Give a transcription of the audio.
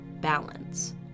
balance